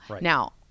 now